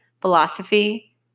philosophy